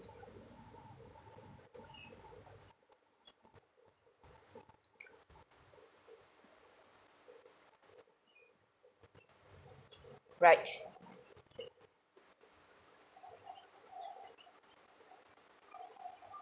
right